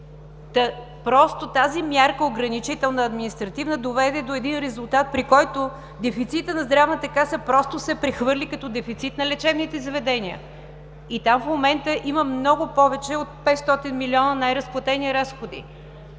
Тази ограничителна, административна мярка доведе до един резултат, при който дефицитът на Здравната каса се прехвърли като дефицит на лечебните заведения и там в момента има много повече от 500 милиона неразплатени разходи.